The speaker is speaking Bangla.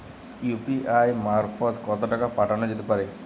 ইউ.পি.আই মারফত কত টাকা পাঠানো যেতে পারে?